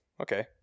okay